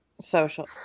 Social